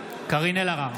קארין אלהרר,